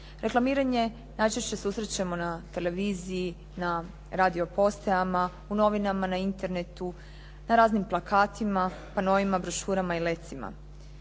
Reklamiranje najčešće susrećemo na televiziji, na radio postajama, u novinama, na Internetu, na raznim plakatima, panoima, brošurama i lecima.